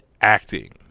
acting